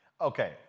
okay